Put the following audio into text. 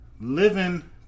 living